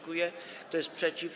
Kto jest przeciw?